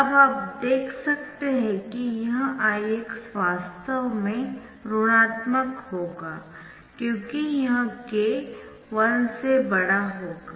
अब आप देख सकते है कि यह Ix वास्तव में ऋणात्मक होगा क्योंकि यह k 1 से बड़ा होगा